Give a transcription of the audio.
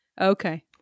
Okay